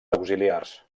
auxiliars